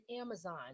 amazon